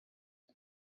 són